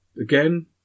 again